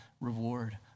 reward